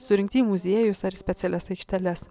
surinkti į muziejus ar specialias aikšteles